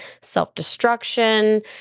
self-destruction